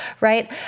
right